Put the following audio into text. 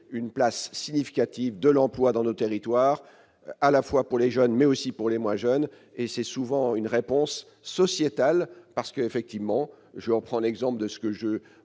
une place significative de l'emploi dans nos territoire à la fois pour les jeunes, mais aussi pour les moins jeunes et c'est souvent une réponse sociétal, parce que, effectivement, je reprends l'exemple de ce que je